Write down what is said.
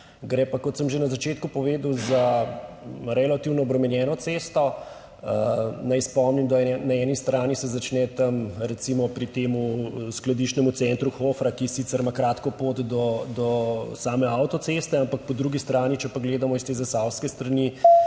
Gre pa, kot sem že na začetku povedal, za relativno obremenjeno cesto. Naj spomnim, da se na eni strani začne tam, recimo, pri tem Hoferjevem skladiščnem centru, ki sicer ima kratko pot do same avtoceste, ampak po drugi strani, če pa gledamo iz te zasavske strani,